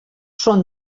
són